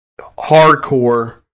hardcore